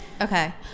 Okay